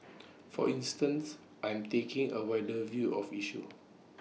for instance I'm taking A wider view of issues